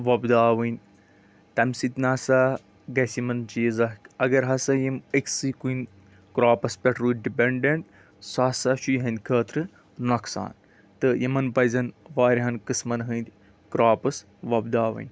وۄپداؤنۍ تَمہِ سۭتۍ نہ سا گژھِ یِمن چیٖز اکھ اَگر ہسا یِم أکسی کُن کراپَس پٮ۪ٹھ روٗدۍ ڈِپینٛڈنٹ سُہ ہسا چھُ یِہنٛدِ خٲطرٕ نۄقصان تہٕ یِمن پَزن واریاہَن قٕسمَن ۂنٛدۍ کراپٕس وۄپداؤنۍ